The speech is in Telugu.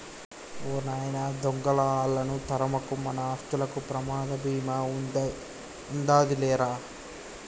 ఓ నాయన దొంగలా ఆళ్ళను తరమకు, మన ఆస్తులకు ప్రమాద భీమా ఉందాది లేరా